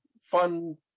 fun